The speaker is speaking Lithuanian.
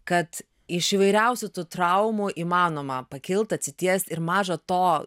kad iš įvairiausių tų traumų įmanoma pakilt atsitiest ir maža to